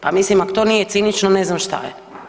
Pa mislim ako to nije cinično ne znam šta je.